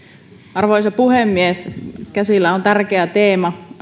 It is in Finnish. arvoisa puhemies käsillä on tärkeä teema